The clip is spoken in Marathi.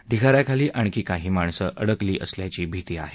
ढिगा याखाली आणखी काही माणसं अडकली असल्याची भिती आहे